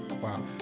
Wow